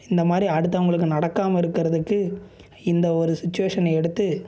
இந்த மாதிரி அடுத்தவங்களுக்கு நடக்காமல் இருக்கிறதுக்கு இந்த ஒரு சுச்சிவேஷன் எடுத்து